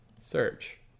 Search